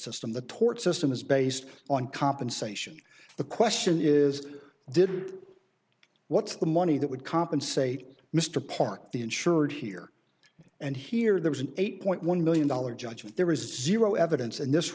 system the tort system is based on compensation the question is did what's the money that would compensate mr park the insured here and here there was an eight point one million dollars judgment there is zero evidence in this